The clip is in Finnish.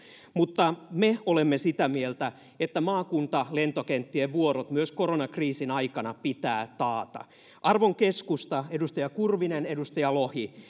mutta me olemme sitä mieltä että maakuntalentokenttien vuorot myös koronakriisin aikana pitää taata arvon keskusta edustaja kurvinen edustaja lohi